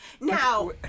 Now